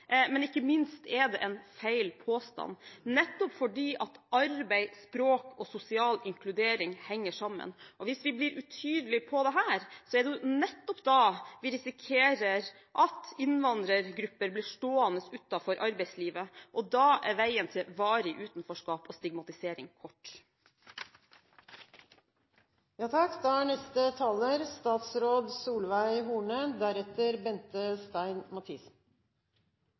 men ikke minst er det en feil påstand, nettopp fordi arbeid, språk og sosial inkludering henger sammen. Det er nettopp hvis vi blir utydelige på det, vi risikerer at innvandrergrupper blir stående utenfor arbeidslivet, og da er veien til varig utenforskap og stigmatisering